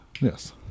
yes